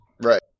Right